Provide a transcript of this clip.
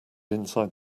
inside